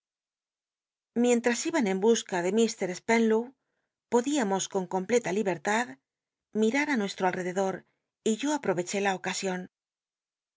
llientras iban en busca de mr spcnlow podiamos con completa libertad mirar i nuesllo alrededor y yo aptoveché la ocnsion